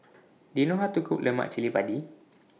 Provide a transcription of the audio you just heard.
Do YOU know How to Cook Lemak Cili Padi